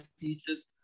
teachers